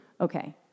Okay